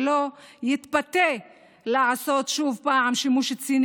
שלא יתפתה לעשות שוב פעם שימוש ציני